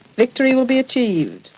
victory will be achieved.